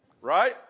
Right